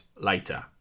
later